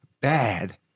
bad